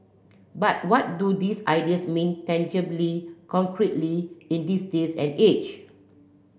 but what do these ideas mean tangibly concretely in this day and age